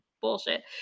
bullshit